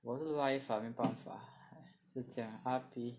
我的是 live ah 没办法是这样 R_P